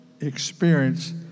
experience